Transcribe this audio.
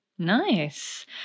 nice